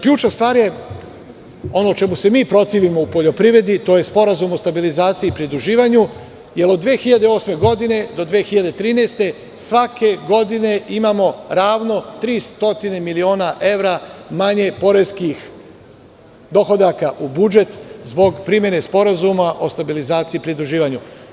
Ključna stvar je ono o čemu se mi protivimo u poljoprivredi, to je Sporazum o stabilizaciji i pridruživanju, jer od 2008. godine do 2013. svake godine imamo ravno tri stotine miliona evra manje poreskih dohodaka u budžet zbog primene Sporazuma o stabilizaciji i pridruživanju.